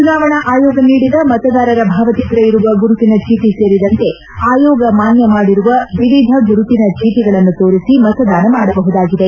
ಚುನಾವಣಾ ಆಯೋಗ ನೀಡಿದ ಮತದಾರರ ಭಾವಚಿತ್ರ ಇರುವ ಗುರುತಿನ ಚೀಟಿ ಸೇರಿದಂತೆ ಆಯೋಗ ಮಾನ್ವ ಮಾಡಿರುವ ವಿವಿಧ ಗುರುತಿನ ಚೀಟಿಗಳನ್ನು ತೋರಿಸಿ ಮತದಾನ ಮಾಡಬಹುದಾಗಿದೆ